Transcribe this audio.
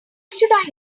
should